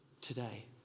today